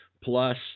plus